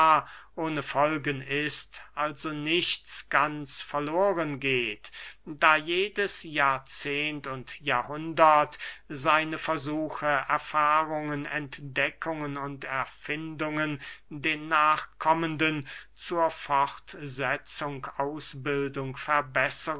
ohne folgen ist also nichts ganz verloren geht da jedes jahrzehend und jahrhundert seine versuche erfahrungen entdeckungen und erfindungen den nachkommenden zur fortsetzung ausbildung verbesserung